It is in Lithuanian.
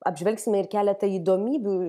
apžvelgsime ir keletą įdomybių